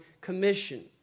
commission